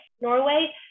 Norway